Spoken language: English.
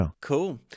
Cool